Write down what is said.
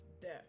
death